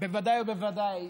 בוודאי ובוודאי